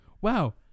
Wow